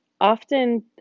often